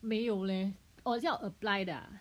没有 leh oh 要 apply 的啊